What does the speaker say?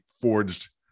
forged